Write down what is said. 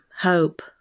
hope